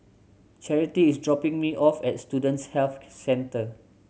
Charity is dropping me off at Student Health Centre